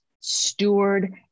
steward